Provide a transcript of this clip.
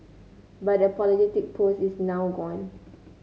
but the apologetic post is now gone